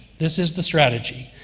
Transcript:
this is the strategy.